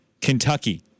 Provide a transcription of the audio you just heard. Kentucky